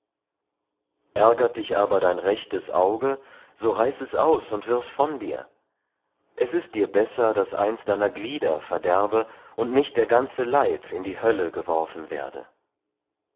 ärgert dich aber dein rechtes auge so reiß es aus und wirf's von dir es ist dir besser daß eins deiner glieder verderbe und nicht der ganze leib in die hölle geworfen werde